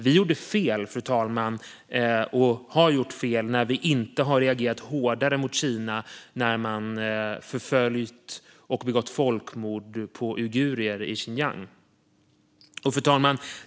Vi har gjort fel när vi inte har agerat hårdare mot Kinas förföljelser av och folkmord på uigurer i Xinjiang. Fru talman!